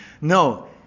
No